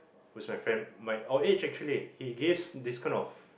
which my friend my our age actually he gives these kind of